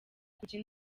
kujya